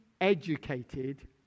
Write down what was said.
educated